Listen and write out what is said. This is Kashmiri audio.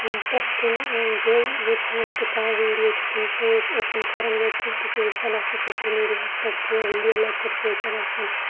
یِم پرٛٮ۪تھ کُنہِ جایہِ ییٚتہِ ییٚلہِ تہِ کانہہ ویٖڈیو چھِ کُنہِ جایہِ أسۍ اوپُن کَران یا کیٚنٛہہ تہِ چھِ وٕچھان آسان سوشَل میٖڈیاہس پٮ۪ٹھ کیٚنٛہہ ویٖڈیو لیکچَر چھِ وٕچھان آسان